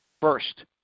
First